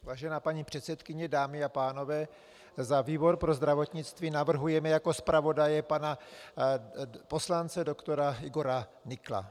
Vážená paní předsedkyně, dámy a pánové, za výbor pro zdravotnictví navrhujeme jako zpravodaje pana poslance doktora Igora Nykla.